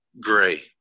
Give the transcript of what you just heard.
gray